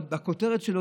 בכותרת שלו,